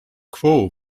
quo